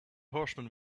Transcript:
horsemen